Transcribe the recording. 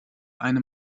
eine